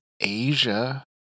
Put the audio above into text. Asia